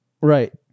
Right